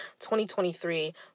2023